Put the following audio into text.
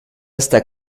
hasta